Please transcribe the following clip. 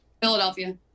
Philadelphia